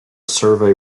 survey